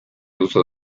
uso